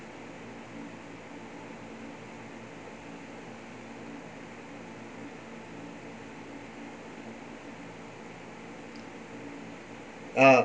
uh